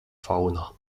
fauna